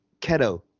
Keto